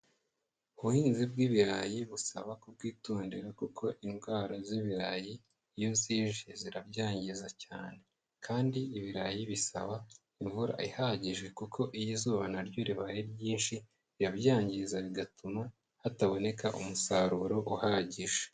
Ubuhinzi bw'ibirayi busaba kubwitondera kuko indwara z'ibirayi iyo zije zirabyangiza cyane kandi ibirayi bisaba imvura ihagije kuko iyo izuba naryo ribaye ryinshi ribyangiza bigatuma hataboneka umusaruro uhagije.